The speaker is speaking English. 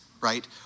right